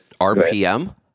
RPM